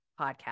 podcast